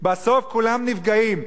בסוף כולם נפגעים.